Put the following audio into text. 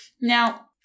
Now